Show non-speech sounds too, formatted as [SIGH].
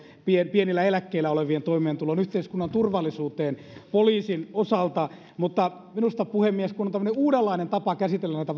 pienillä eläkkeillä olevien toimeentuloon yhteiskunnan turvallisuuteen poliisin osalta mutta minusta puhemies kun on tämmöinen uudenlainen tapa käsitellä näitä [UNINTELLIGIBLE]